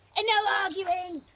and no arguing!